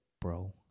bro